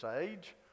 age